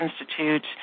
Institute